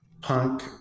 punk